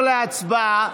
להצבעה,